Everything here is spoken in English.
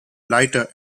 lighter